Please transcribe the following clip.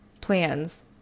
Plans